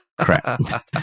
crap